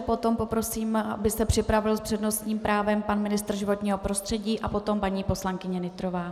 Potom poprosím, aby se připravil s přednostním právem pan ministr životního prostředí a potom paní poslankyně Nytrová.